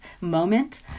moment